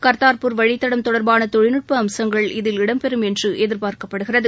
கா்த்தாப்பூர் வழித்தடம் தொடர்பான தொழில்நுட்ப அம்சங்கள் இதில் இடம்பெறும் என்று எதிர்பார்க்கப்படுகிறது